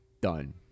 done